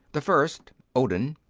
the first, odin,